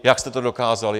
Jak jste to dokázali?